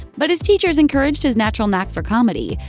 but his teachers encouraged his natural knack for comedy.